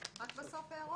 רק בסוף הערות?